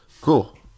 Cool